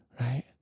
right